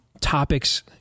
topics